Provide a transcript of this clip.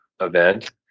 event